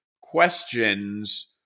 questions